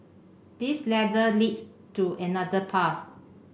this ladder leads to another path